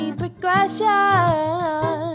progression